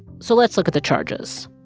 so let's look at the charges.